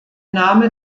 name